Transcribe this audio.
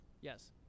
Yes